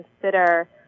consider